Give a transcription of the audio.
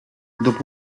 dopo